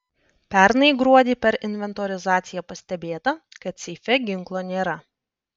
pernai gruodį per inventorizaciją pastebėta kad seife ginklo nėra